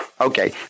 Okay